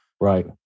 Right